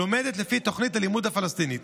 לומדת לפי תוכנית הלימוד הפלסטינית.